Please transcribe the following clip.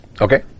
Okay